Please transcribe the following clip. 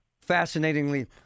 fascinatingly